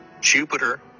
Jupiter